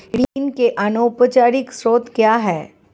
ऋण के अनौपचारिक स्रोत क्या हैं?